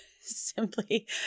simply